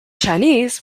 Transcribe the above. chinese